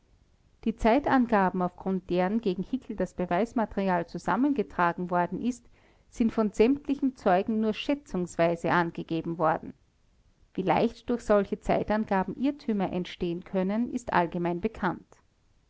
die zeitangaben auf grund deren gegen hickel das beweismaterial zusammengetragen worden ist sind von sämtlichen zeugen nur schätzungsweise angegeben worden wie leicht durch solche zeitangaben irrtümer entstehen können ist allgemein bekannt